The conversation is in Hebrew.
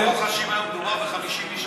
ברור לך שאם היה מדובר ב-50 איש,